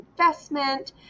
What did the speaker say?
investment